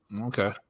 Okay